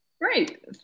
Great